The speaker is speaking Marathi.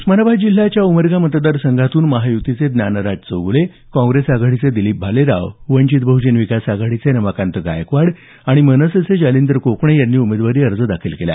उस्मानाबाद जिल्ह्याच्या उमरगा मतदार संघातून महायुतीचे ज्ञानराज चौगुले काँग्रेस आघाडीचे दिलीप भालेराव वंचित बहुजन विकास आघाडीचे रमाकांत गायकवाड आणि मनसेचे जालिंदर कोकणे यांनी उमेदवारी अर्ज दाखल केला